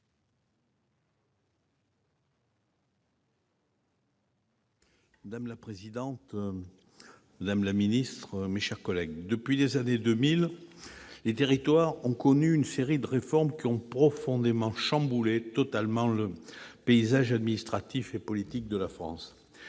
Madame la présidente, madame la secrétaire d'État, mes chers collègues, depuis les années 2000, les territoires ont connu une série de réformes qui ont profondément chamboulé le paysage administratif et politique de la France,